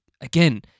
again